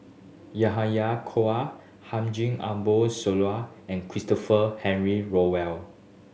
Yahya Cohen Haji Ambo Sooloh and Christopher Henry Rothwell